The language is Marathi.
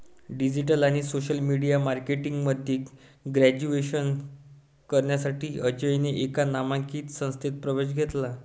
डिजिटल आणि सोशल मीडिया मार्केटिंग मध्ये ग्रॅज्युएशन करण्यासाठी अजयने एका नामांकित संस्थेत प्रवेश घेतला